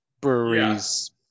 breweries